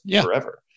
forever